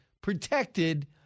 protected